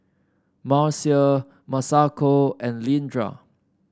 Marcia Masako and Leandra